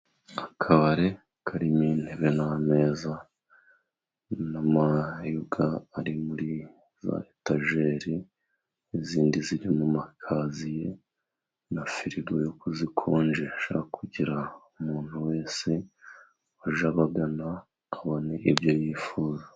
Akabari karimo intebe n'ameza, n'amayoga ari muri za etajeri, n'izindi ziri mu makaziye na firigo yo kuzikonjesha, kugira umuntu wese wajya abagana abone ibyo yifuza.